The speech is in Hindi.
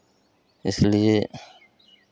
इसलिए